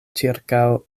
ĉirkaŭ